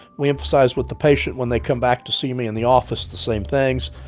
we emphasize with the patient when they come back to see me in the office the same things.